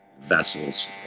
vessels